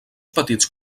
petits